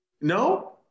no